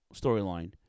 storyline